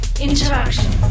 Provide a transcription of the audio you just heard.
interaction